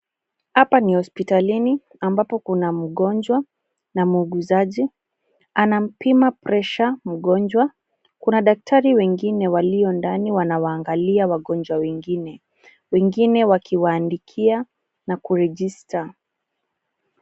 Hapa ni hospitalini ambapo kuna mgonjwa na muuguzaji. Anampima pressure mgonjwa. Kuna madaktari wengine walio ndani wanawaangalia wagonjwa wengine, wengine wakiwaandikia na kurejista.